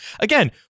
Again